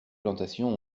plantations